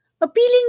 Appealing